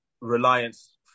reliance